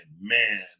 man